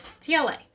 TLA